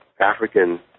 African